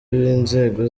b’inzego